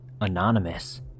Anonymous